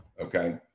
Okay